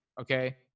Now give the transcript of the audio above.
okay